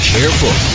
Careful